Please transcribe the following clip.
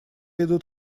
идут